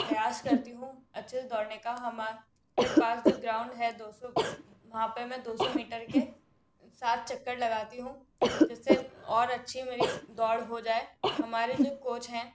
प्रयास करती हूँ अच्छे से दौड़ने का हमा रे पास जो ग्राउंड है दो सौ वहाँ पर मैं दो सौ मीटर के सात चक्कर लगाती हूँ जिससे और अच्छी मेरी दौड़ हो जाए हमारे जो कोच हैं